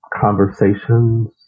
conversations